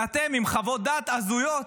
ואתם עם חוות דעת הזויות.